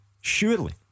surely